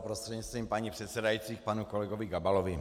Prostřednictvím paní předsedající panu kolegovi Gabalovi.